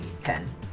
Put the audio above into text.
Ten